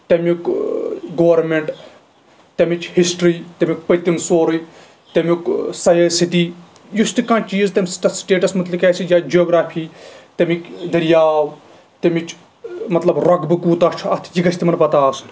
تَمیُک گورمینٛٹ تَمِچ ہسٹری تَمیُک پٔتِم سورُے تَمیُک سایز سِٹی یُس تہِ کانٛہہ چیٖز تَمہِ سۭتۍ تتھ سِٹیٹس مُتلِق آسہِ یا جغرافی تَمِکۍ دٔریاو تَمِچ مطلب رۄگبہٕ کوٗتاہ چھُ اَتھ یہِ گژھِ تِمن پَتہ آسُن